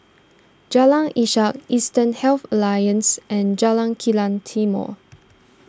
Jalan Ishak Eastern Health Alliance and Jalan Kilang Timor